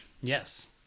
Yes